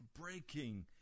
Breaking